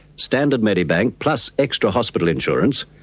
standard medibank plus extra hospital insurance.